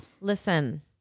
Listen